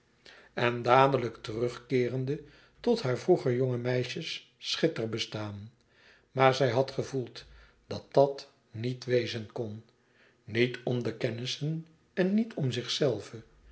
en dadelijk terugkeerende tot haar vroeger jonge meisjes schitterbestaan maar zij had gevoeld dat dàt niet wezen kon niet om de kennissen en niet om zichzelve